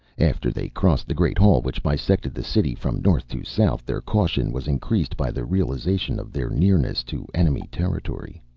after they crossed the great hall which bisected the city from north to south, their caution was increased by the realization of their nearness to enemy territory.